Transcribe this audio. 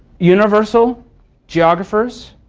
universal geographers,